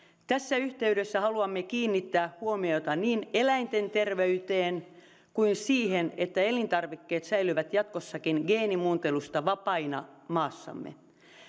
tässä yhteydessä haluamme kiinnittää huomiota niin eläinten terveyteen kuin siihen että elintarvikkeet säilyvät jatkossakin geenimuuntelusta vapaina maassamme